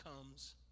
comes